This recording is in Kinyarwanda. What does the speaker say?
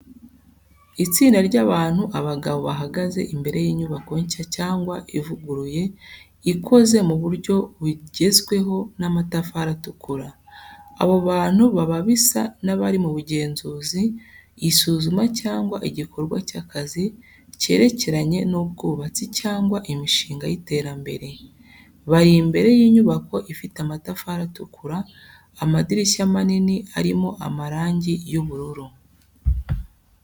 Itsinda ry’abantu abagabo bahagaze imbere y'inyubako nshya cyangwa ivuguruye ikoze mu buryo bugezweho n'amatafari atukura. Abo bantu baba bisa n’abari mu bugenzuzi isuzuma cyangwa igikorwa cy’akazi cyerekeranye n’ubwubatsi cyangwa imishinga y’iterambere. Bari imbere y’inyubako ifite amatafari atukura amadirishya manini arimo amarangi y'ubururu.